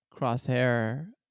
Crosshair